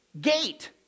gate